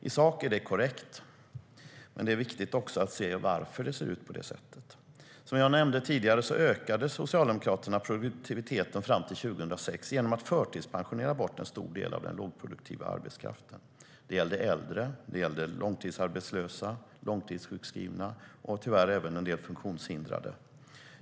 I sak är det korrekt, men det är också viktigt att se varför det ser ut på det sättet. Som jag nämnde tidigare ökade Socialdemokraterna produktiviteten fram till 2006 genom att förtidspensionera bort en stor del av den lågproduktiva arbetskraften. Det gällde äldre, långtidsarbetslösa, långtidssjukskrivna och tyvärr även en del funktionshindrade.